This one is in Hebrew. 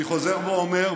אני חוזר ואומר,